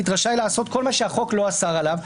רשאי לעשות כל מה שהחוק לא אסר עליו,